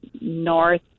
North